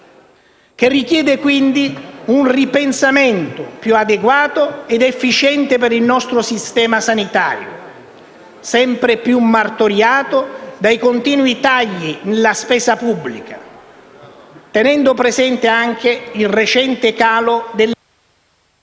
Ciò richiede, quindi, un ripensamento più adeguato ed efficiente del nostro sistema sanitario, sempre più martoriato dai continui tagli alla spesa pubblica, tenendo presente anche il recente calo dell'aspettativa